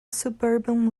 suburban